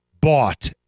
bought